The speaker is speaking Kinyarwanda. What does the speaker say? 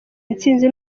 intsinzi